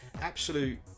absolute